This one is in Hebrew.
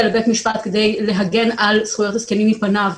לבית משפט כדי להגן על זכויות הזקנים מפניו,